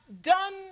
done